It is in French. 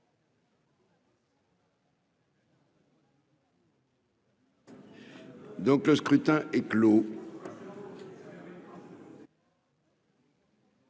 Donc, le scrutin est clos.